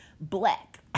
Black